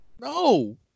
no